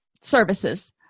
services